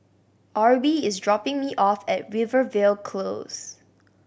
Arbie is dropping me off at Rivervale Close